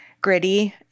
Gritty